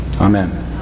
Amen